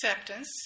acceptance